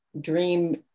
dream